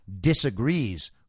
disagrees